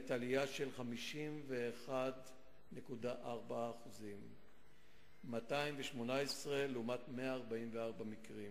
עלייה של 51.4% 218 לעומת 144 מקרים